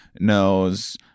knows